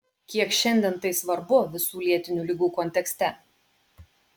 kiek šiandien tai svarbu visų lėtinių ligų kontekste